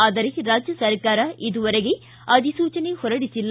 ಆದರೆ ರಾಜ್ಯ ಸರ್ಕಾರ ಇದುವರೆಗೆ ಅಧಿಸೂಚನೆ ಹೊರಡಿಸಿಲ್ಲ